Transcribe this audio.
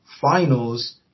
finals